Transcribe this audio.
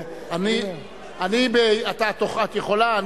--- אולי אני יכולה לעלות --- את יכולה.